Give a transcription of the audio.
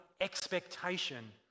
expectation